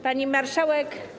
Pani Marszałek!